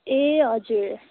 ए हजुर